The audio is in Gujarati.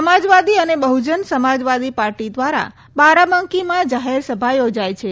સમાજવાદી અને બહજન સમાજવાદી પાર્ટી દ્વારા બારાબાંકીમાં જાહેર સભા યોજાઈ છે